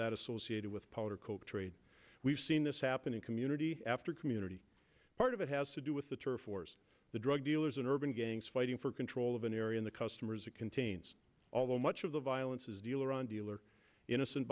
that associated with powder coke trade we've seen this happen in community after community part of it has to do with the turf wars the drug dealers and urban gangs fighting for control of an area in the customers it contains although much of the violence is dealer on dealer innocent